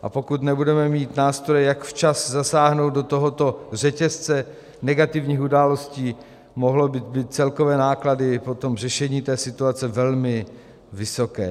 A pokud nebudeme mít nástroje, jak včas zasáhnout do tohoto řetězce negativních událostí, mohly by být celkové náklady řešení této situace velmi vysoké.